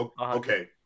Okay